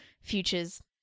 futures